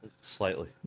Slightly